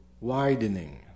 widening